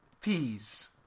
Peas